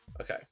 Okay